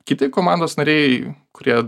kiti komandos nariai kurie